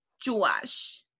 Josh